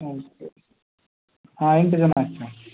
ಅಷ್ಟೆ ಹಾಂ ಎಂಟು ಜನ ಅಷ್ಟೆ ಮ್ಯಾಮ್